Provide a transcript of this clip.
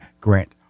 Grant